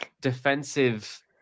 defensive